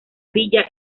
villa